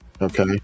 Okay